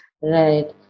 right